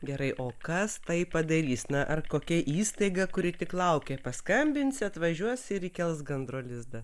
gerai o kas tai padarys na ar kokia įstaiga kuri tik laukia paskambinsi atvažiuos ir įkels gandro lizdą